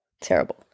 terrible